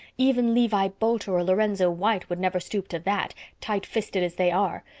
even levi boulter or lorenzo white would never stoop to that, tightfisted as they are.